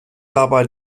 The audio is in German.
dabei